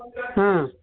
ಹಾಂ